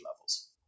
levels